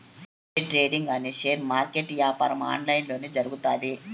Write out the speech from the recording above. day trading అనే share market యాపారం online లొనే జరుగుతాది